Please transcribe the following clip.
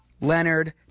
Leonard